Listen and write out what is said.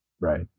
Right